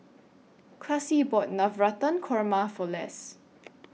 Classie bought Navratan Korma For Les